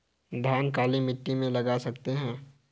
धान काली मिट्टी में लगा सकते हैं?